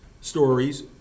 stories